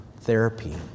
therapy